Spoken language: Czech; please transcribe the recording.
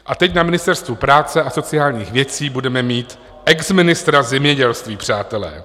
A teď na Ministerstvu práce a sociálních věcí budeme mít exministra zemědělství, přátelé.